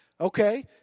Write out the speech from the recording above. Okay